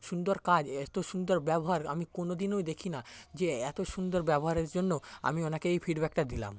সুন্দর কাজ এতো সুন্দর ব্যবহার আমি কোনো দিনই দেখি না যে এতো সুন্দর ব্যবহারের জন্য আমি ওনাকে এই ফিডব্যাকটা দিলাম